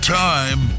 time